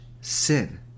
sin